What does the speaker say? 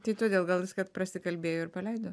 tai todėl gal jis kad prasikalbėjo ir paleido